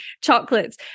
chocolates